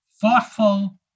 thoughtful